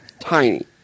tiny